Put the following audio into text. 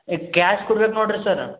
ಇದು ಕ್ಯಾಶ್ ಕೊಡ್ಬೇಕು ನೋಡ್ರಿ ಸರ್